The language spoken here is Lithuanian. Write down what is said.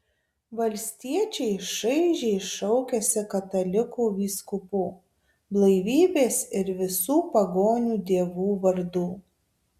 valstiečiai šaižiai šaukiasi katalikų vyskupų blaivybės ir visų pagonių dievų vardų